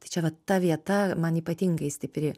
tai čia vat ta vieta man ypatingai stipri